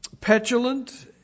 Petulant